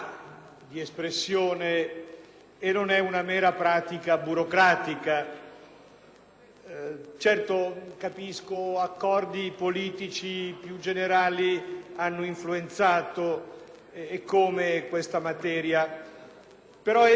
Certo, capisco, accordi politici più generali hanno influenzato eccome questa materia, però è bene che io sottolinei qui con molta amarezza